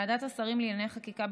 ועדת השרים לענייני חקיקה,